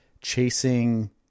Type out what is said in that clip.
chasing